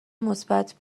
مثبت